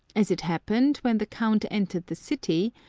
as it happened, when the count entered the city,